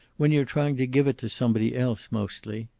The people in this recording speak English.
when you're trying to give it to somebody else, mostly.